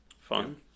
Fun